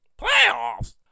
Playoffs